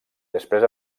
després